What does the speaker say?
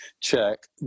check